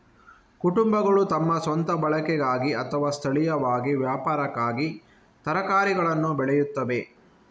ಕುಟುಂಬಗಳು ತಮ್ಮ ಸ್ವಂತ ಬಳಕೆಗಾಗಿ ಅಥವಾ ಸ್ಥಳೀಯವಾಗಿ ವ್ಯಾಪಾರಕ್ಕಾಗಿ ತರಕಾರಿಗಳನ್ನು ಬೆಳೆಯುತ್ತವೆ